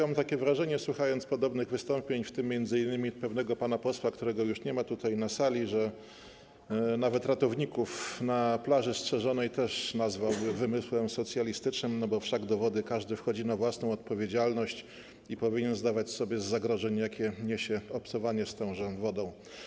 Mam wrażenie, słuchając podobnych wystąpień, w tym m.in. pewnego pana posła, którego już nie ma na sali, że nawet ratowników na plaży strzeżonej nazwałby wymysłem socjalistycznym, bo wszak do wody każdy wchodzi na własną odpowiedzialność i powinien zdawać sobie sprawę z zagrożenia, jakie niesie obcowanie z tąże wodą.